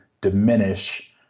diminish